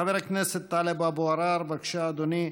חבר הכנסת טלב אבו עראר, בבקשה, אדוני,